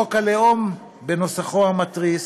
חוק הלאום בנוסחו המתריס,